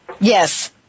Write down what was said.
Yes